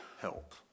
help